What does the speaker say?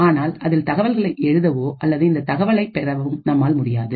ஆனால் அதில் தகவல்களை எழுதவோ அல்லது இந்த தகவலை பெறவும் நம்மால் முடியாது